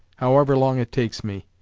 however long it takes me.